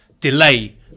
delay